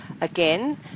again